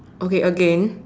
okay again